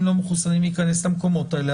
לא מחוסנים להיכנס למקומות האלה,